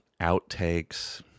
outtakes